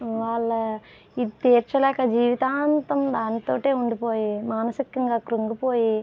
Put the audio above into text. వాళ్ళు ఇది తీర్చలేక జీవితాంతం దానితోటి ఉండిపోయి మానసికంగా క్రుంగిపోయి